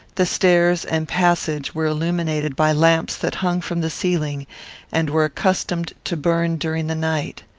the stairs and passage were illuminated by lamps that hung from the ceiling and were accustomed to burn during the night.